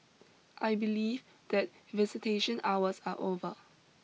I believe that visitation hours are over